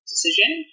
decision